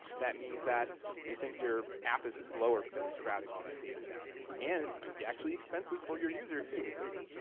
that means that you think your app is slower, because it's grabbing all that data down, and and it might be actually expensive for your user too with data.